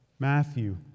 Matthew